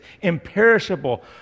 imperishable